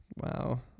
wow